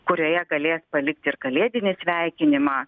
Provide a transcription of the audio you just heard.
kurioje galės palikti ir kalėdinį sveikinimą